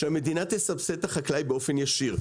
שהמדינה תסבסד את החקלאי באופן ישיר,